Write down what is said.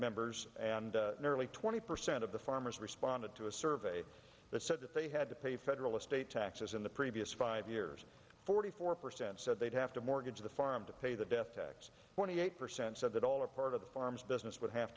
members and nearly twenty percent of the farmers responded to a survey that said if they had to pay federal estate taxes in the previous five years forty four percent said they'd have to mortgage the farm to pay the death tax twenty eight percent said that all or part of the farms business would have